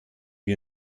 wir